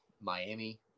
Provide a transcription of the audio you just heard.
Miami